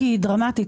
היא דרמטית.